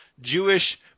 Jewish